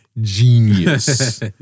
genius